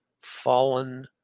fallen